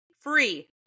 free